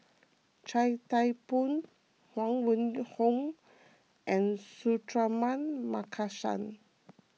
Chia Thye Poh Huang Wenhong and Suratman Markasan